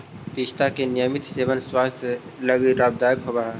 पिस्ता के नियमित सेवन स्वास्थ्य लगी लाभदायक होवऽ हई